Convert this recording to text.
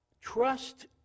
Trust